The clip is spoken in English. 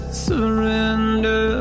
surrender